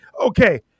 okay